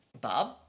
Bob